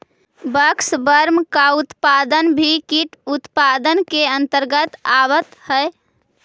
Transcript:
waxworm का उत्पादन भी कीट उत्पादन के अंतर्गत आवत है